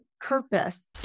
purpose